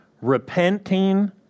repenting